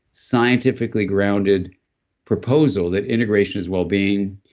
scientifically grounded proposal that integration is wellbeing,